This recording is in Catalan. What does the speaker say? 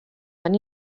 van